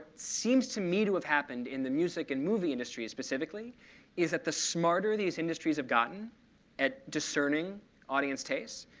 seems to me to have happened in the music and movie industry specifically is that the smarter these industries have gotten at discerning audience tastes,